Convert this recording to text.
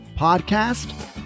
podcast